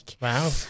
Wow